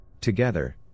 Together